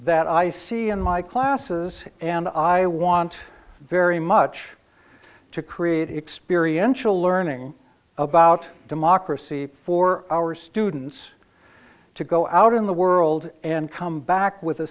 that i see in my classes and i want very much to create experience a learning about democracy for our students to go out in the world and come back with a